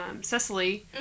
Cecily